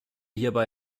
hierbei